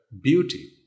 beauty